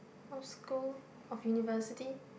of school of University